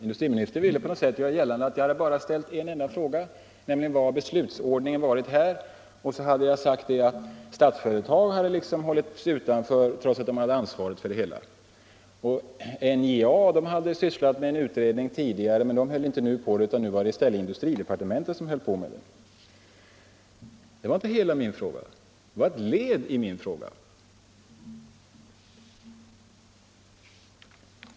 Industriministern ville på något sätt göra gällande att jag bara hade ställt en enda fråga, nämligen vilken beslutsordningen hade varit här. Vidare skulle jag ha sagt att Statsföretag liksom hållit sig utanför trots att man hade ansvaret för det hela. NJA hade sysslat med en utredning tidigare men höll inte längre på med det, utan nu var det i stället industridepartementet som sysslade med detta. Det var inte hela min fråga. Det var ett led i min fråga.